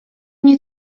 nie